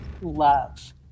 love